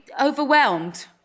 Overwhelmed